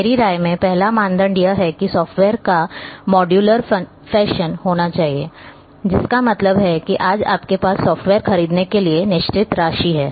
मेरी राय में पहला मानदंड यह है कि सॉफ्टवेयर को मॉड्यूलर फैशन होना चाहिए जिसका मतलब है कि आज आपके पास सॉफ्टवेयर खरीदने के लिए निश्चित राशि है